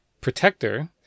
Protector